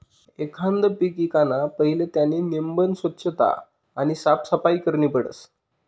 एखांद पीक ईकाना पहिले त्यानी नेमबन सोच्छता आणि साफसफाई करनी पडस